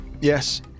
Yes